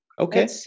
Okay